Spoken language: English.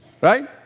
Right